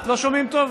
לא שומעים טוב,